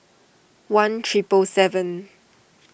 one triple seven